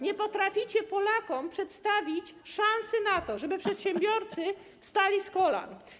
Nie potraficie Polakom przedstawić szansy na to, żeby przedsiębiorcy wstali z kolan.